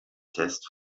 test